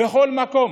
בכל מקום.